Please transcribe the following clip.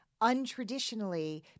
untraditionally